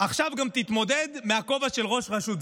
עכשיו גם תתמודד מהכובע של ראש רשות.